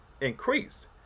increased